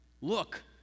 Look